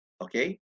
okay